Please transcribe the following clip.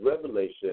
revelation